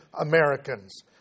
Americans